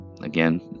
Again